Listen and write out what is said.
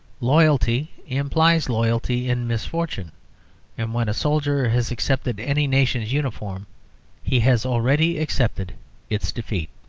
loyalty implies loyalty in misfortune and when a soldier has accepted any nation's uniform he has already accepted its defeat.